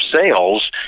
sales